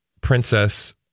Princess